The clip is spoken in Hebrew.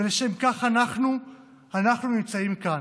ולשם כך אנחנו נמצאים כאן,